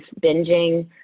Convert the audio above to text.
binging